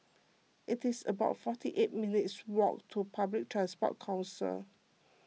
it is about forty eight minutes' walk to Public Transport Council